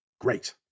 Great